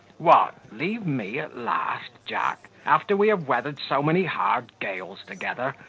what! leave me at last, jack, after we have weathered so many hard gales together?